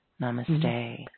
Namaste